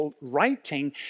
writing